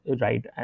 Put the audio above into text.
right